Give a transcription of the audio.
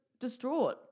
distraught